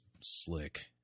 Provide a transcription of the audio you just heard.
slick